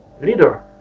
leader